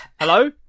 Hello